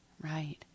Right